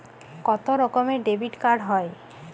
কত রকমের ডেবিটকার্ড হয়?